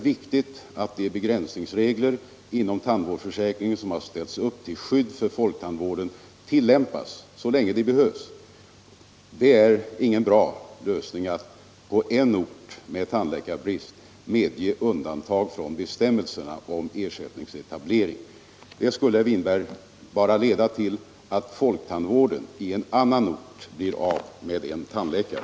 viktigt att de begränsningsregler inom tandvårdsförsäkringen som har ställts upp till skydd för folktandvården tillämpas så länge de behövs. Det är ingen bra lösning att på en ort med tandläkarbrist medge undantag från be stämmelserna om ersättningsetablering. Det skulle, herr Winberg, bara leda till att folktandvården i en annan ort blir av med en tandläkare.